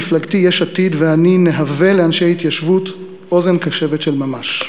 מפלגתי יש עתיד ואני נהווה לאנשי ההתיישבות אוזן קשבת של ממש.